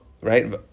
right